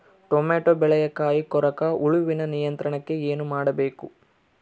Tomato ಬೆಳೆಯ ಕಾಯಿ ಕೊರಕ ಹುಳುವಿನ ನಿಯಂತ್ರಣಕ್ಕೆ ಏನು ಮಾಡಬೇಕು?